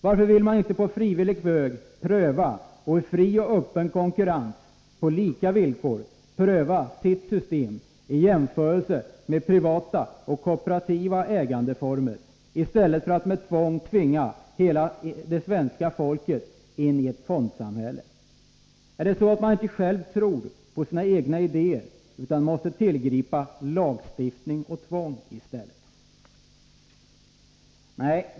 Varför vill man inte på frivillig väg, i fri och öppen konkurrens och på lika villkor pröva sitt system i jämförelse med privata och kooperativa ägandeformer i stället för att med tvång tvinga hela det svenska folket in i ett fondsamhälle? Är det så att man inte själv tror på sina egna idéer, utan måste tillgripa lagstiftning och tvång?